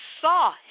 saw